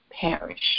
perish